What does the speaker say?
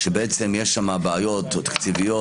כשבעצם יש שם בעיות תקציביות,